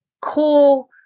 core